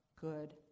good